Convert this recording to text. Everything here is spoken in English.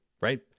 right